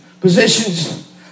positions